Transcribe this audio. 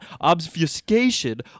obfuscation